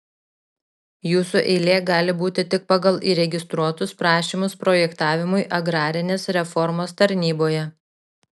jūsų eilė gali būti tik pagal įregistruotus prašymus projektavimui agrarinės reformos tarnyboje